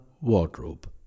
wardrobe